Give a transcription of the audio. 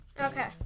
Okay